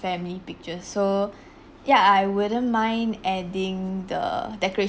family pictures so ya I wouldn't mind adding the decora~